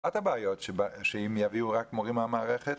אחת הבעיות היא שאם יביאו רק מורים מהמערכת,